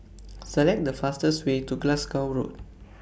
Select The fastest Way to Glasgow Road